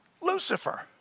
Lucifer